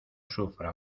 sufra